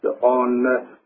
on